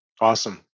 Awesome